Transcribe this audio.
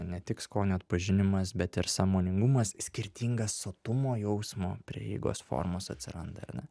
ne tik skonio atpažinimas bet ir sąmoningumas skirtingas sotumo jausmo prieigos formos atsiranda ar ne